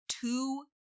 two